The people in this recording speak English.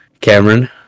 Cameron